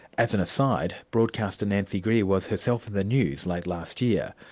as an aside, broadcaster nancy greer was herself in the news late last year.